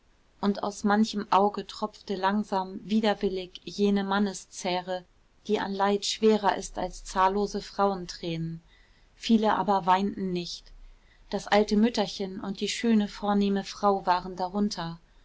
und aus manchem auge tropfte langsam widerwillig jene manneszähre die an leid schwerer ist als zahllose frauentränen viele aber weinten nicht das alte mütterchen und die schöne vornehme frau waren darunter